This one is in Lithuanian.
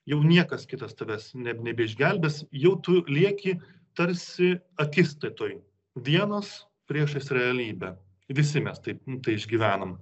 jau niekas kitas tavęs ne nebeišgelbės jau tu lieki tarsi akistatoj vienas priešais realybę visi mes taip išgyvenam